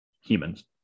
humans